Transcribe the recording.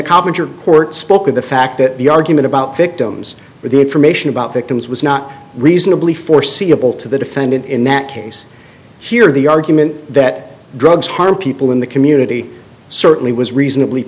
court spoke of the fact that the argument about victims or the information about victims was not reasonably foreseeable to the defendant in that case here the argument that drugs harm people in the community certainly was reasonably